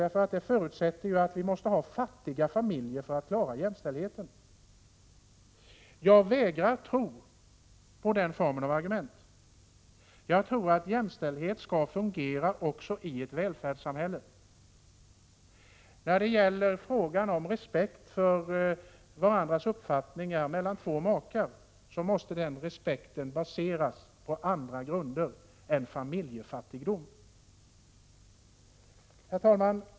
Det förutsätter ju att vi måste ha fattiga familjer för att klara jämställdheten. Jag vägrar tro på den typen av argument. Jämställdhet skall kunna fungera också i ett välfärdssamhälle. Makars respekt för varandras uppfattning måste baseras på andra grunder än familjens ekonomi. Herr talman!